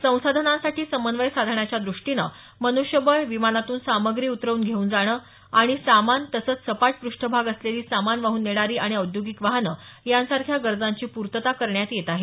संसाधनांसाठी समन्वय साधण्याच्या दृष्टीनं मनुष्यबळ विमानातून सामग्री उतरवून घेऊन जाणं आणि सामान तसंच सपाट पृष्ठभाग असलेली सामान वाहन नेणारी आणि औद्योगिक वाहन यांसारख्या गरजांची पूर्तता करण्यात येत आहे